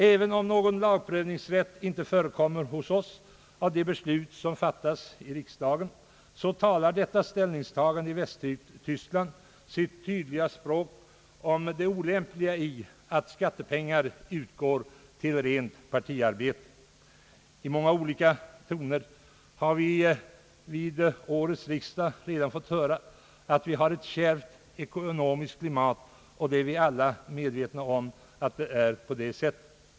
Även om någon lagprövningsrätt inte förekommer hos oss i fråga om beslut, som fattas i riksdagen, talar det västtyska domstolsutslaget sitt tydliga språk om det olämpliga i att skattepengar används för partiarbete. Vid årets riksdag har vi redan fått höra många gånger att vi har ett kärvt ekonomiskt klimat, och vi är alla medvetna om att det förhåller sig på det sättet.